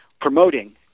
promoting